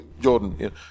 Jordan